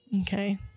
Okay